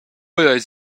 eis